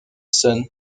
sun